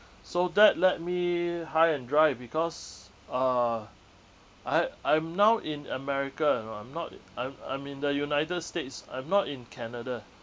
so that led me high and dry because uh I ha~ I'm now in america you know I'm not i~ I'm I'm in the united states I'm not in canada